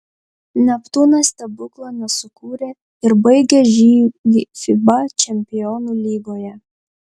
neptūnas stebuklo nesukūrė ir baigė žygį fiba čempionų lygoje